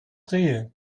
trier